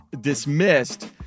dismissed